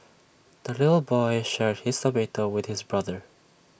the little boy shared his tomato with his brother